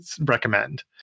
recommend